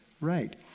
right